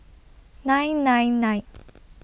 nine nine nine